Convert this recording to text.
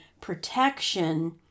protection